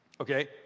okay